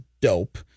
dope